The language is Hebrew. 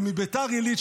ומבית"ר עילית,